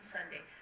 Sunday